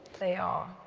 they are,